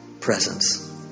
Presence